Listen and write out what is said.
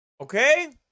Okay